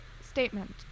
statement